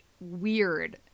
weird